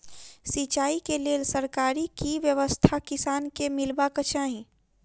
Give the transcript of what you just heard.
सिंचाई केँ लेल सरकारी की व्यवस्था किसान केँ मीलबाक चाहि?